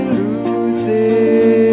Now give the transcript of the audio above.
losing